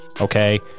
Okay